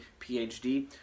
PhD